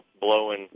blowing